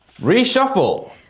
Reshuffle